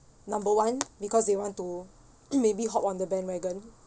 number one because they want to maybe hop on the bandwagon